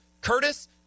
Curtis